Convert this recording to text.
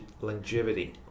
longevity